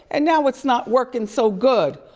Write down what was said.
and now it's not working so good.